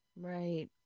Right